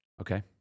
Okay